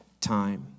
time